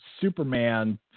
Superman